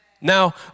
Now